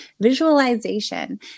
visualization